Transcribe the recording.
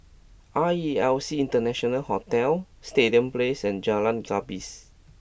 R E L C International Hotel Stadium Place and Jalan Gapis